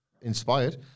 inspired